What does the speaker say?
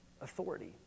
authority